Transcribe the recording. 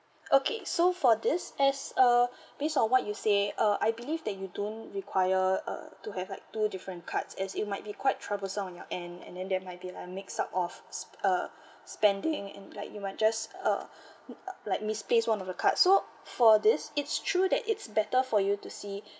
okay so for this as uh base on what you say uh I believe that you don't require uh to have like two different cards as it might be quite troublesome on your end and then there might be like mix up of uh spending and like you might just uh uh like misplace one of the card so for this it's true that it's better for you to see